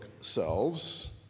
selves